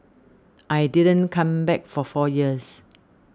I didn't come back for four years